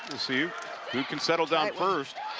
see who can settle down first.